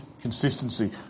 consistency